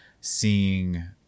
seeing